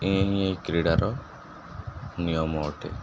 ଏୟା ହିଁ କ୍ରୀଡ଼ାର ନିୟମ ଅଟେ